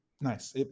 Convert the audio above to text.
Nice